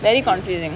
very confusing